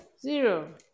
Zero